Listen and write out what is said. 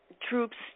troops